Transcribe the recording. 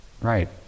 Right